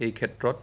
এই ক্ষেত্ৰত